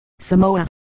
Samoa